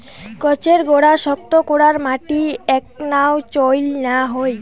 গছের গোড়া শক্ত করার মাটি এ্যাকনাও চইল না হই